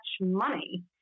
money